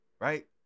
Right